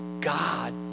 God